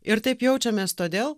ir taip jaučiamės todėl